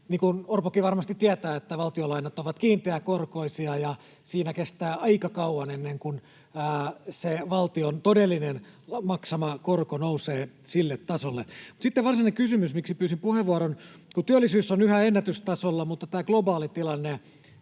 kuin Orpokin varmasti tietää, valtionlainat ovat kiinteäkorkoisia ja siinä kestää aika kauan, ennen kuin se valtion maksama todellinen korko nousee sille tasolle. [Petteri Orpo: Ei kestä!] Mutta sitten varsinainen kysymys, miksi pyysin puheenvuoron: Kun työllisyys on yhä ennätystasolla mutta tämä globaali tilanne